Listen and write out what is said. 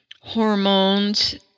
hormones